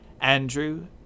Andrew